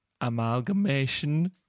amalgamation